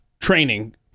training